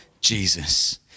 Jesus